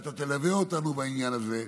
אתה תלווה אותנו בעניין הזה,